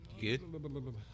Good